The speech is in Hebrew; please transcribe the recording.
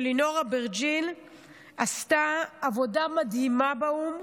שלינור אברג'יל עשתה עבודה מדהימה באו"ם.